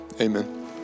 Amen